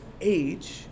age